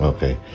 Okay